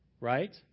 right